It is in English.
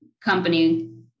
company